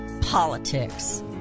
politics